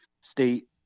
state